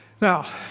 Now